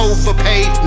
Overpaid